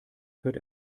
hört